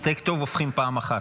סטייק טוב הופכים פעם אחת,